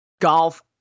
golf